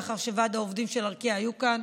לאחר שוועד העובדים של ארקיע היה כאן.